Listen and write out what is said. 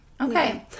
Okay